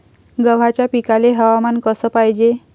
गव्हाच्या पिकाले हवामान कस पायजे?